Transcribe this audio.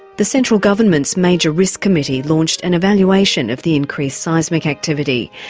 the central government's major risk committee launched an evaluation of the increased seismic activity.